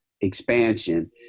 expansion